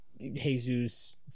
Jesus